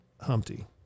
Humpty